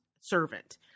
servant